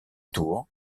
tour